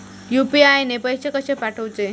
UPI ने पैशे कशे पाठवूचे?